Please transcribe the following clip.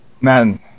Man